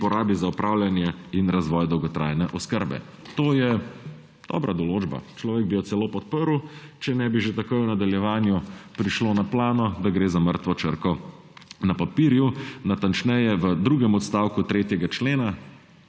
in porabi za opravljanje in razvoj dolgotrajne oskrbe. To je dobra določba, človek bi jo celo podprl, če ne bi že takoj v nadaljevanju prišlo na plano, da gre za mrtvo črko na papirju. Natančneje, v drugem odstavku 3. člena,